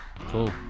cool